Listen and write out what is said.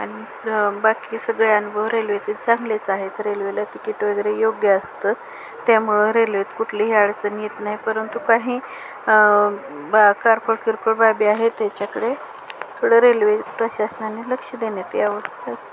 आणि बाकी सगळे अनुभव रेल्वेचे चांगलेच आहेत रेल्वेला तिकीट वगैरे योग्य असतं त्यामुळं रेल्वेत कुठलीही अडचण येत नाही परंतु काही बा किरकोळ किरकोळ बाबी आहेत याच्याकडे थोडं रेल्वे प्रशासनाने लक्ष देण्यात यावं बस